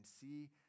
see